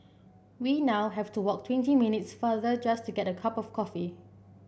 we now have to walk twenty minutes farther just to get a cup of coffee